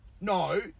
No